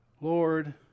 Lord